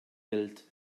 welt